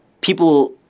people